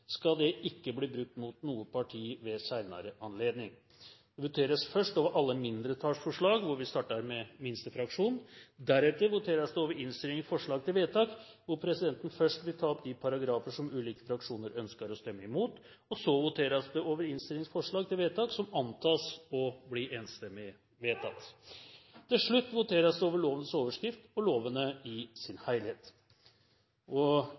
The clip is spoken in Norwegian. skal dette ikke bli brukt mot noe parti ved en senere anledning. Det voteres først over alle mindretallsforslag, hvor vi starter med minste fraksjon. Deretter voteres det over innstillingens forslag til vedtak, hvor presidenten først vil ta opp de paragrafer som ulike fraksjoner ønsker å stemme imot. Så voteres det over innstillingens forslag til vedtak, som antas å bli enstemmig vedtatt. Til slutt voteres det over lovenes overskrift og lovene i sin helhet. – Ingen innvendinger er kommet mot dette, og